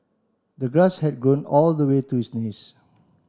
the grass had grown all the way to his knees